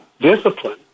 discipline